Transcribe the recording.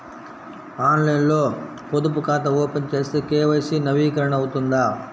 ఆన్లైన్లో పొదుపు ఖాతా ఓపెన్ చేస్తే కే.వై.సి నవీకరణ అవుతుందా?